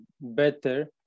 better